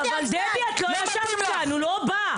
אבל דבי את לא ישבת כאן הוא לא בא.